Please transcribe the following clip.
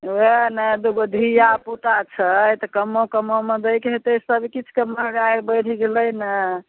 ओहए ने दुगो धीआपुता छै तऽ कमो कमोमे दयके होयतै सबकिछुके महगाइ बढ़ि गेलै ने